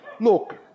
look